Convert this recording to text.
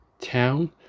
town